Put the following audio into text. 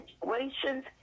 situations